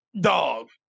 dog